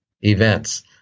events